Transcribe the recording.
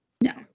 No